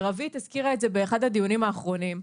ורווית הזכירה את זה באחד הדיונים האחרונים,